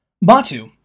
Batu